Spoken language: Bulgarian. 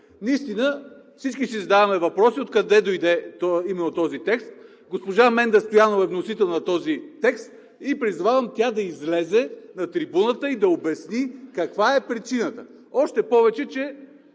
Наистина всички си задаваме въпроси откъде дойде именно този текст. Госпожа Менда Стоянова е вносител на текста и призовавам тя да излезе на трибуната и да обясни каква е причината, още повече че,